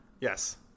Yes